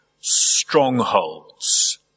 strongholds